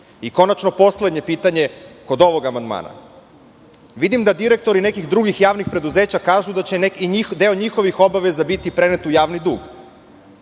Srbije"?Konačno poslednje pitanje kod ovog amandmana. Vidim da direktori nekih drugih javnih preduzeća kažu da će deo njihovih obaveza biti prenet u javni dug.